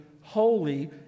holy